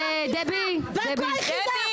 אני לא האשמתי,